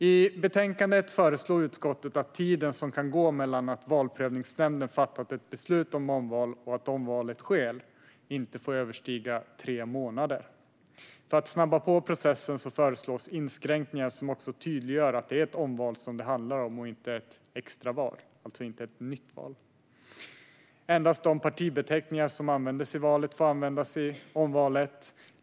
I betänkandet föreslår utskottet att tiden som kan gå mellan att Valprövningsnämnden fattat ett beslut om omval och att omvalet sker inte får överstiga tre månader. För att snabba på processen föreslås inskränkningar som också tydliggör att det är ett omval som det handlar om och inte ett extra, eller nytt, val. Endast de partibeteckningar som användes i valet får användas i omvalet.